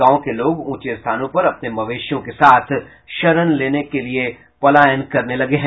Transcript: गांव के लोग ऊंचे स्थानों पर अपने मवेशियों के साथ शरण लेने के लिये पलायन करने लगे हैं